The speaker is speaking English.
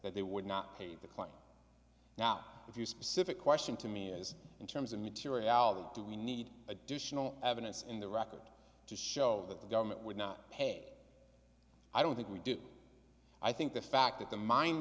that they would not pay the court now if your specific question to me is in terms of materiality do we need additional evidence in the record to show that the government would not pay i don't think we do i think the fact that the min